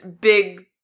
big